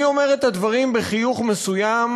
אני אומר את הדברים בחיוך מסוים,